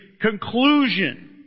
conclusion